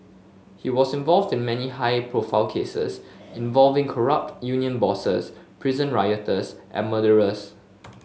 he was involved in many high profile cases involving corrupt union bosses prison rioters and murderers